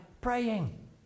praying